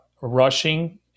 rushing